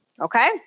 okay